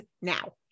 now